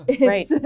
right